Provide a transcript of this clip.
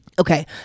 Okay